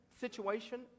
situation